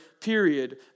period